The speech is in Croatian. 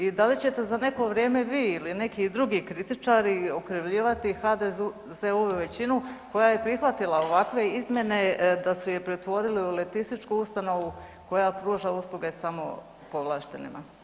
I da li ćete za neko vrijeme vi ili neki drugi kritičari okrivljivati HDZ-ovu većinu koja je prihvatila ovakve izmjene da su je pretvorili u letističku ustanovu koja pruža usluge samo povlaštenima?